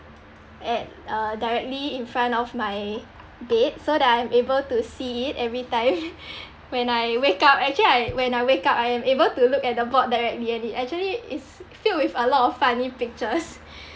at uh directly in front of my bed so that I'm able to see it every time when I wake up actually I when I wake up I am able to look at the board directly and it actually is filled with a lot of funny pictures